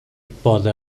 pode